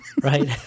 Right